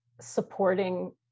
supporting